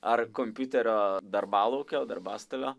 ar kompiuterio darbalaukio darbastalio